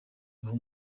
ibahe